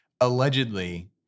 allegedly